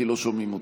כי לא שומעים אותו.